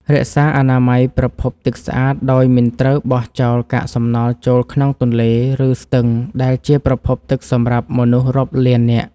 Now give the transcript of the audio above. រក្សាអនាម័យប្រភពទឹកស្អាតដោយមិនត្រូវបោះចោលកាកសំណល់ចូលក្នុងទន្លេ ឬ ស្ទឹងដែលជាប្រភពទឹកសម្រាប់មនុស្សរាប់លាននាក់។